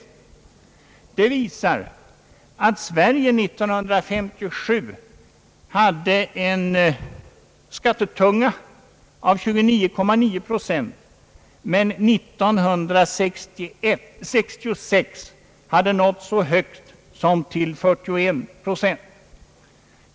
Tablån visar att Sverige 1957 hade en skattetunga av 29,9 procent men 1966 hade nått så högt som till 41 procent.